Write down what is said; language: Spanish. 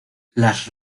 las